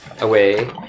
away